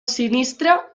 sinistre